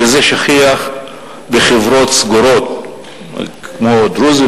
וזה שכיח בחברות סגורות כמו דרוזים,